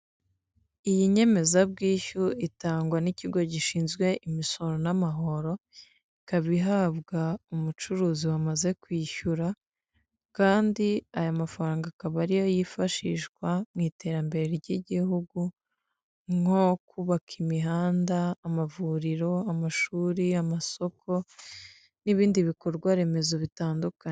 Iyi nyemezabwishyu itangwa n'ikigo gishinzwe imisoro n'amahoro, ikaba ihabwa umucuruzi wamaze kwishyura kandi aya mafaranga akaba ariyo yifashishwa mu iterambere ry'igihugu nko kubaka imihanda, amavuriro, amashuri, amasoko n'ibindi bikorwaremezo bitandukanye.